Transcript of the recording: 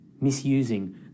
misusing